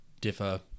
differ